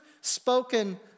spoken